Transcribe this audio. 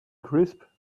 crisp